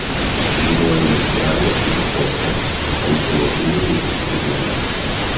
žinojome seną ir opią onkologinių ligų problemą